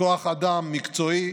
בכוח אדם מקצועי